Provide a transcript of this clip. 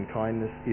kindness